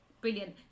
Brilliant